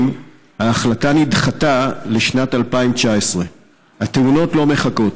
ההחלטה נדחתה לשנת 2019. התאונות לא מחכות.